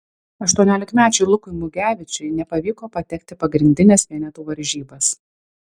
aštuoniolikmečiui lukui mugevičiui nepavyko patekti pagrindines vienetų varžybas